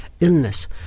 illness